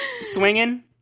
Swinging